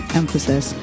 emphasis